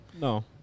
No